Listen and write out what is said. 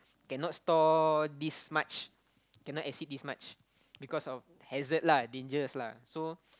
cannot store this much cannot exceed this much because hazard lah dangers lah so